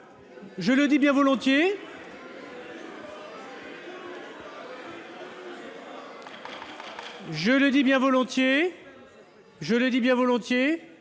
Je le dis bien volontiers,